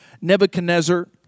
Nebuchadnezzar